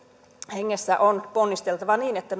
hengessä on ponnisteltava että